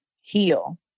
heal